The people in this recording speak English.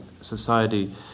society